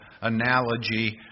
analogy